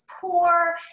poor